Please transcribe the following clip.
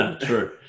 true